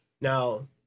Now